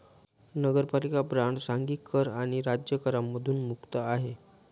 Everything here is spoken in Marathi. नगरपालिका बॉण्ड सांघिक कर आणि राज्य करांमधून मुक्त आहे